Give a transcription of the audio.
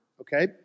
Okay